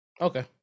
Okay